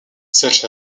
such